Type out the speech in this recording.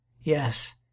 Yes